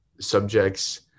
subjects